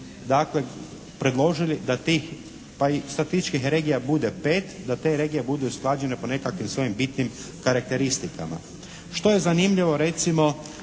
dakle predložili a tih pa i statističkih regija bude 5. Da te regije budu usklađene po nekakvim svojim bitnim karakteristikama. Što je zanimljivo recimo